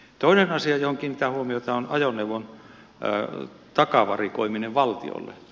toinen asia johon kiinnitän huomiota on ajoneuvon takavarikoiminen valtiolle